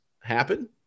happen